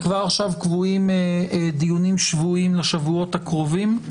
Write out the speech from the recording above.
כבר עכשוי קבועים דיונים שבועיים לשבועות הקרובים,